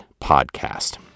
Podcast